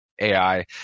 AI